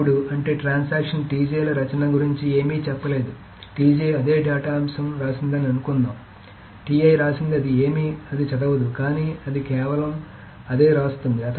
ఇప్పుడు అంటే ట్రాన్సాక్షన్ ల రచన గురించి ఏమీ చెప్పలేదు అదే డేటా అంశం రాసిందని అనుకుందాం రాసింది అది ఏమి అది చదవదు కానీ అది కేవలం అదే వ్రాస్తుంది